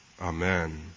Amen